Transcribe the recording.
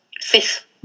fifth